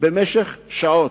במשך שעות.